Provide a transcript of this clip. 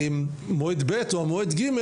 מועד ב' או מועד ג',